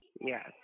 Yes